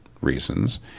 reasons